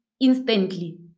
instantly